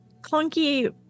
clunky